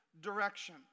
direction